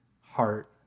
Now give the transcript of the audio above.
heart